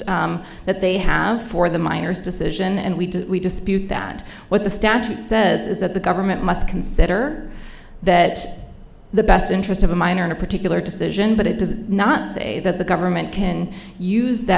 that they have for the miners decision and we didn't we dispute that what the statute says is that the government must consider that the best interest of a minor in a particular decision but it does not say that the government can use that